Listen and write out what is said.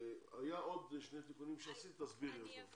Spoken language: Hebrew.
רצתה והיא תסביר אותם.